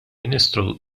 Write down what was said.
ministru